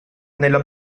nella